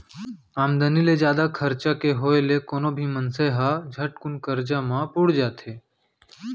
आमदनी ले जादा खरचा के होय ले कोनो भी मनसे ह झटकुन करजा म बुड़ जाथे